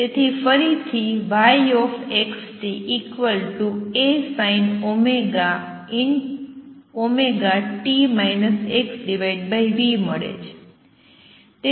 તેથી ફરીથી yxt A sin ω t x v મળે છે